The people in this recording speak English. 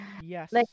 yes